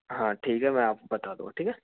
हाँ ठीक है मैं आपको बता दूँगा ठीक है